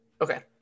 Okay